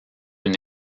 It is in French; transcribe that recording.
une